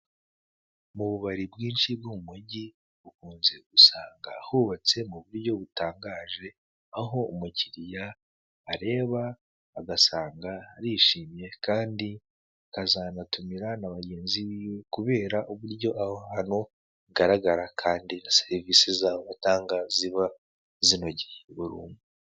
Ububari bwinshi bwo mu mujyi ukunze gusanga hubatse mu buryo butangaje, aho umukiriya areba agasanga arishimye kandi akazanatumira n'abagenzi biwe kubera uburyo aho hantu hagaragara kandi na serivise zaho batanga ziba zinogeye buri umwe.